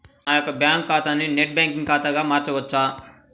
నా యొక్క బ్యాంకు ఖాతాని నెట్ బ్యాంకింగ్ ఖాతాగా మార్చవచ్చా?